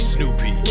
Snoopy